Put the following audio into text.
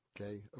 Okay